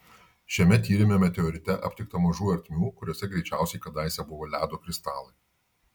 šiame tyrime meteorite aptikta mažų ertmių kuriose greičiausiai kadaise buvo ledo kristalai